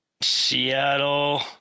Seattle